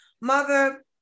mother